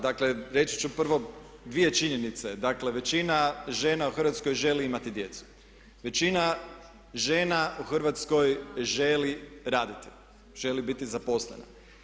Dakle, reći ću prvo dvije činjenice, dakle većina žena u Hrvatskoj želi imati djecu, većina žena u Hrvatskoj želi raditi, želi biti zaposlena.